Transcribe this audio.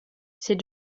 c’est